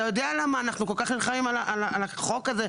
אתה יודע למה אנחנו כל כך נלחמים על החוק הזה,